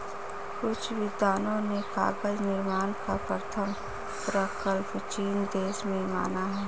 कुछ विद्वानों ने कागज निर्माण का प्रथम प्रकल्प चीन देश में माना है